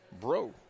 Bro